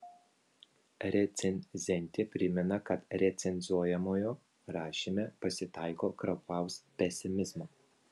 recenzentė primena kad recenzuojamojo rašyme pasitaiko kraupaus pesimizmo